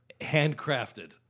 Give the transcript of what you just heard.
handcrafted